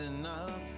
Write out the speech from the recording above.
enough